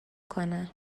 کنم